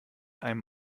einem